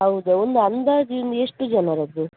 ಹೌದಾ ಒಂದು ಅಂದಾಜು ಒಂದು ಎಷ್ಟು ಜನರದ್ದು